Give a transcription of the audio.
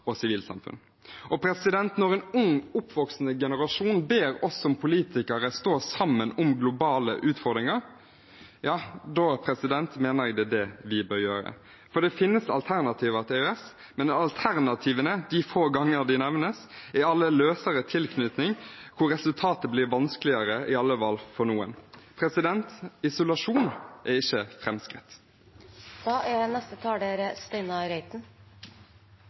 og sivilsamfunn. Og når en oppvoksende generasjon ber oss som politikere stå sammen om globale utfordringer, mener jeg det er det vi bør gjøre. For det finnes alternativer til EØS, men alternativene – de få gangene de nevnes – er alle løsere tilknytning, hvor resultatet blir vanskeligere, iallfall for noen. Isolasjon er ikke